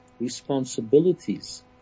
responsibilities